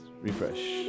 Refresh